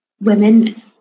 women